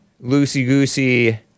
loosey-goosey